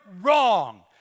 wrong